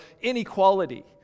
inequality